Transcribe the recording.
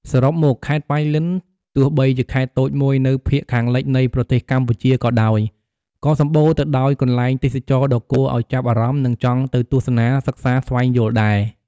សរុបមក ខេត្តប៉ៃលិន ទោះបីជាខេត្តតូចមួយនៅភាគខាងលិចនៃប្រទេសកម្ពុជាក៏ដោយ ក៏សម្បូរទៅដោយកន្លែងទេសចរណ៍ដ៏គួរឱ្យចាប់អារម្មណ៍និងចង់ទៅទស្សនាសិក្សាស្វែងយល់ដែរ។